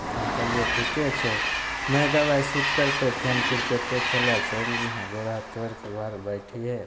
तऽ हम कहलिए ठीके छौ नहि दवाइ सूट करतौ फेर किरकेटे खेले चलि जइहेँ गोड़ हाथ तोड़िके घर बैठिहेँ